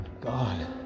God